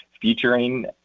featuring